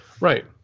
Right